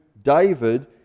David